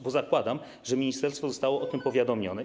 Bo zakładam, że ministerstwo zostało o tym powiadomione.